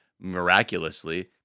miraculously